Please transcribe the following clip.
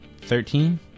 Thirteen